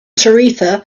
tarifa